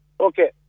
Okay